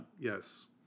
Yes